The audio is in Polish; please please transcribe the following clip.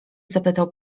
zapytał